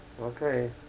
Okay